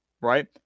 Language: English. right